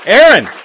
Aaron